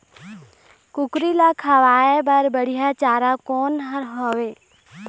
कुकरी ला खवाए बर बढीया चारा कोन हर हावे?